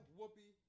Whoopi